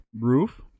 roof